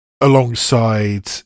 alongside